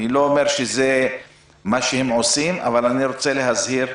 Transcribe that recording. אני לא אומר שזה מה שהם עושים אבל אני רוצה להזהיר,